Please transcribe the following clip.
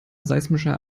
seismischer